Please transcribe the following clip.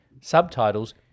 Subtitles